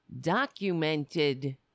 documented